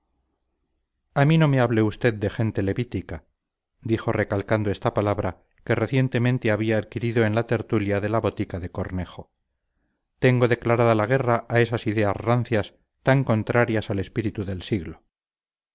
a mí no me hable usted de gente levítica dijo recalcando esta palabra que recientemente había adquirido en la tertulia de la botica de cornejo tengo declarada la guerra a esas ideas rancias tan contrarias al espíritu del siglo